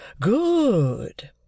Good